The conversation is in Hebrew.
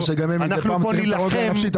תדע לך שגם הם מידי פעם צריכים לראות קומדיה.